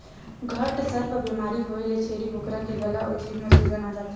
घटसर्प बेमारी होए ले छेरी बोकरा के गला अउ जीभ म सूजन आ जाथे